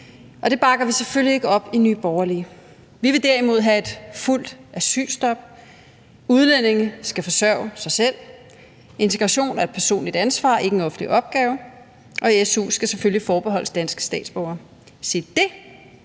Det bakker vi selvfølgelig ikke op i Nye Borgerlige. Vi vil derimod have et fuldt asylstop. Udlændinge skal forsørge sig selv. Integration er et personligt ansvar, ikke en offentlig opgave. Og su skal selvfølgelig forbeholdes danske statsborgere. Se, det